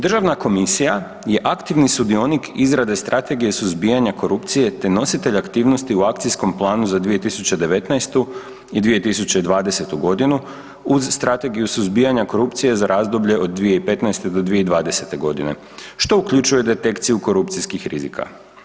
Državna komisija je aktivni sudionik izrade Strategije suzbijanja korupcije te nositelj aktivnosti u Akcijskom planu za 2019. i 2020. g. uz Strategiju suzbijanja korupcije za razdoblje od 2015.-2020. g., što uključuje detekciju korupcijskih rizika.